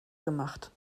gemacht